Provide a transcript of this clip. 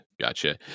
Gotcha